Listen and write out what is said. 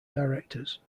directors